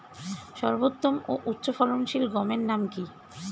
সর্বোত্তম ও উচ্চ ফলনশীল গমের নাম কি?